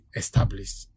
established